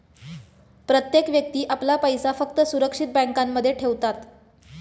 प्रत्येक व्यक्ती आपला पैसा फक्त सुरक्षित बँकांमध्ये ठेवतात